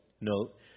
note